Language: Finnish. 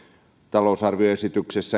talousarvioesityksessä